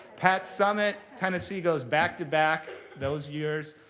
pat summitt, tennessee goes back to back those years.